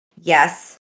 Yes